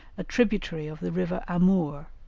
a tributary of the river amoor,